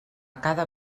cada